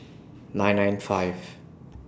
nine nine five